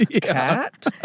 cat